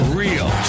real